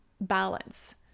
balance